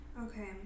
Okay